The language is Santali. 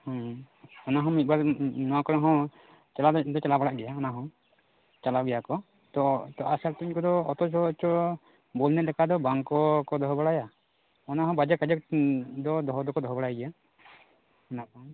ᱚᱱᱟ ᱦᱚᱸ ᱢᱤᱫ ᱵᱟᱨ ᱱᱚᱣᱟ ᱠᱚᱨᱮ ᱦᱚᱸ ᱪᱟᱞᱟᱣ ᱫᱚ ᱞᱮ ᱪᱟᱞᱟᱣ ᱵᱟᱲᱟᱜ ᱜᱮᱭᱟ ᱚᱱᱟ ᱦᱚᱸ ᱪᱟᱞᱟᱣ ᱜᱮᱭᱟ ᱠᱚ ᱛᱚ ᱟᱜᱼᱥᱟᱨ ᱛᱩᱧ ᱠᱚᱫᱚ ᱚᱛᱚ ᱡᱚᱦᱚᱪᱚ ᱵᱚᱞ ᱮᱱᱮᱡ ᱞᱮᱠᱟ ᱫᱚ ᱵᱟᱝ ᱠᱚ ᱫᱚᱦᱚ ᱵᱟᱲᱟᱭᱟ ᱚᱱᱟ ᱦᱚᱸ ᱵᱟᱡᱮᱠ ᱠᱟᱡᱮᱠ ᱫᱚᱦᱚ ᱫᱚᱠᱚ ᱫᱚᱦᱚ ᱫᱚᱦᱚ ᱵᱟᱲᱟᱭ ᱜᱮᱭᱟ ᱚᱱᱟ ᱠᱚ